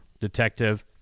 detective